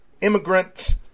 immigrants